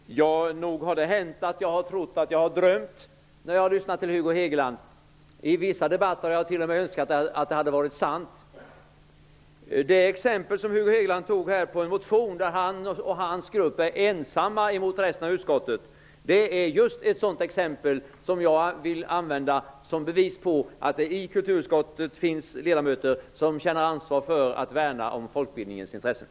Värderade talman! Nog har det hänt att jag har trott att jag har drömt när jag lyssnat till Hugo Hegeland. I vissa debatter har jag t.o.m. önskat att det varit sant. Det exempel som Hugo Hegeland tog om en motion där han och hans grupp är ensamma mot resten av utskottet är just ett sådant exempel som jag vill använda som bevis för att det i kulturutskottet finns ledamöter som känner ansvar för att värna om folkbildningens intressen.